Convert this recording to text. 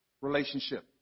relationship